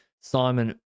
Simon